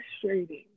frustrating